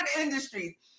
industries